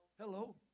Hello